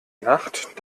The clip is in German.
nacht